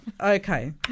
okay